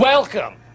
Welcome